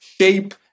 shape